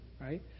right